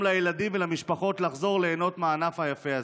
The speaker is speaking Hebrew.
לילדים ולמשפחות לחזור ליהנות מהענף היפה הזה.